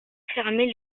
fermée